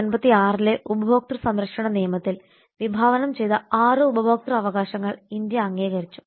1986 ലെ ഉപഭോക്തൃ സംരക്ഷണ നിയമത്തിൽ വിഭാവനം ചെയ്ത 6 ഉപഭോക്തൃ അവകാശങ്ങൾ ഇന്ത്യ അംഗീകരിച്ചു